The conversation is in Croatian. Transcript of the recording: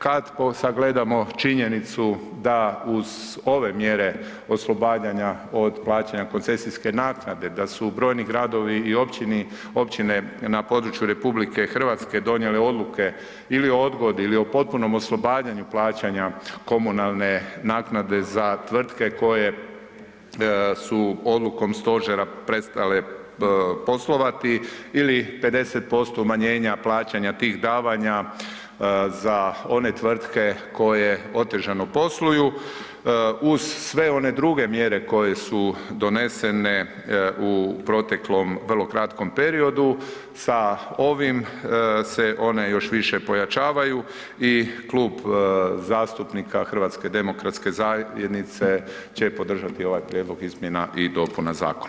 Kad sagledamo činjenicu da uz ove mjere oslobađanja od plaćanja koncesijske naknade, da su brojni gradovi i općini, općine na području RH donijele odluke ili o odgodi ili o potpunom oslobađanju plaćanja komunalne naknade za tvrtke koje su odlukom stožera prestale poslovati ili 50% umanjenja plaćanja tih davanja za one tvrtke koje otežano posluju, uz sve one druge mjere koje su donesene u proteklom vrlo kratkom periodu sa ovim se one još više pojačavaju i Klub zastupnika HDZ-a će podržati ovaj prijedlog izmjena i dopuna zakona.